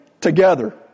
together